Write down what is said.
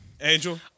Angel